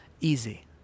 easy